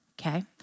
Okay